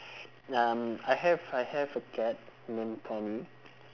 um I have I have a cat named tommy